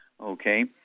okay